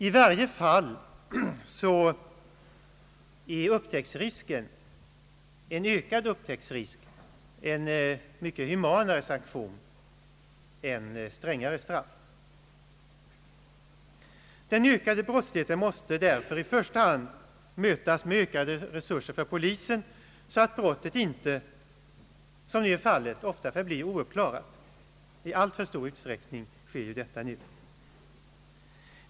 I varje fall är en ökad upptäktsrisk mycket humanare än strängare straff. Den ökade brottsligheten måste därför i första hand mötas med ökade resurser för polisen, så att brott inte som nu i alltför stor utsträckning förblir ouppklarade.